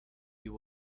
you